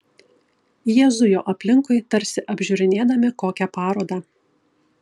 jie zujo aplinkui tarsi apžiūrinėdami kokią parodą